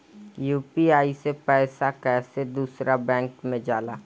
UPI से पैसा कैसे दूसरा बैंक मे जाला?